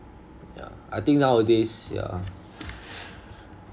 yeah I think nowadays yeah